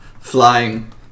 flying